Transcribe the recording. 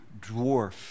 dwarf